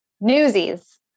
Newsies